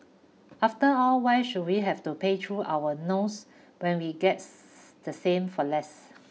after all why should we have to pay through our nose when we gets the same for less